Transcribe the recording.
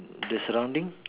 the surrounding